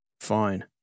Fine